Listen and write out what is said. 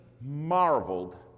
marveled